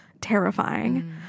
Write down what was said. terrifying